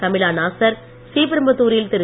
Camilla Nasser ஸ்ரீபெரும்புதூரில் திரு